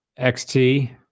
XT